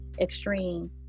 extreme